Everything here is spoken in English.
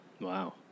Wow